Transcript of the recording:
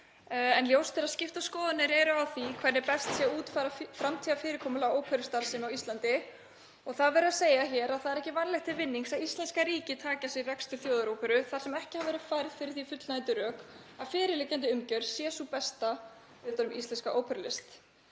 Ljóst er að skiptar skoðanir eru um það hvernig best sé að útfæra framtíðarfyrirkomulag óperustarfsemi á Íslandi og hér er verið að segja að það sé ekki vænlegt til ávinnings að íslenska ríkið taki að sér rekstur Þjóðaróperu þar sem ekki hafa verið færð fyrir því fullnægjandi rök að fyrirliggjandi umgjörð sé sú besta utan um íslenska óperulist.